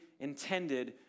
intended